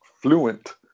fluent